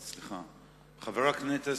סליחה, חבר הכנסת